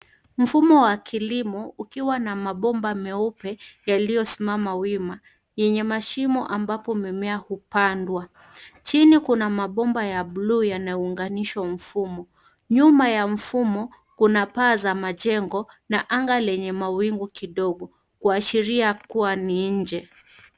Mfumo wa kilimo ukiwa na mabomba meupe yaliyosimama wima yenye mashimo ambapo mimea hupandwa. Chini kuna mabomba ya buluu yanayounganisha mfumo. Nyuma ya mfumo, kuna paa za majengo na anga lenye mawingu kidogo, kuashiria kuwa ni nje.